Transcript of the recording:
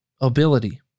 ability